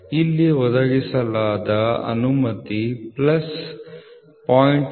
ಇಲ್ಲಿ ಒದಗಿಸಲಾದ ಅನುಮತಿ ಪ್ಲಸ್ 0